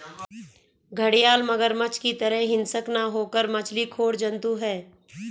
घड़ियाल मगरमच्छ की तरह हिंसक न होकर मछली खोर जंतु है